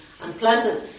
unpleasant